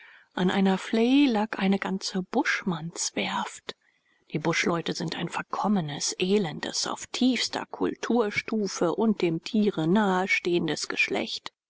an einer vley lag eine ganze buschmannswerft die buschleute sind ein verkommenes elendes auf tiefster kulturstufe und dem tiere nahe stehendes geschlecht